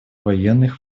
военных